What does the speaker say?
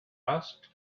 asked